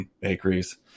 bakeries